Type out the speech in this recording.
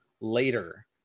later